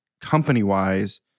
company-wise